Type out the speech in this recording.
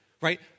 right